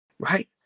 Right